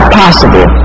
possible